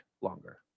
longer